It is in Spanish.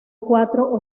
cuatro